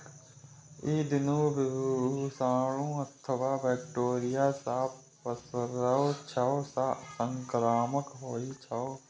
ई दुनू विषाणु अथवा बैक्टेरिया सं पसरै छै आ संक्रामक होइ छै